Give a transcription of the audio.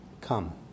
Come